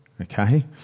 okay